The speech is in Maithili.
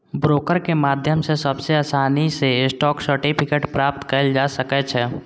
ब्रोकर के माध्यम सं सबसं आसानी सं स्टॉक सर्टिफिकेट प्राप्त कैल जा सकै छै